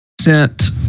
sent